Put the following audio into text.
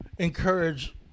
encourage